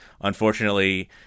unfortunately